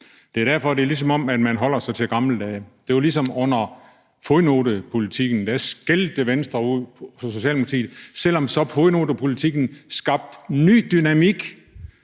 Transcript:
debatten. Det er, som om man holder sig til gamle dage. Det er ligesom under fodnotepolitikken, hvor Venstre skældte ud på Socialdemokratiet, selv om fodnotepolitikken skabte en ny dynamik